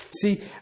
See